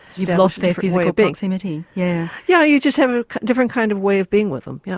you've lost their physical proximity. yeah, yeah you just have a different kind of way of being with them. yeah